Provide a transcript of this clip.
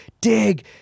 dig